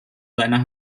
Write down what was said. seiner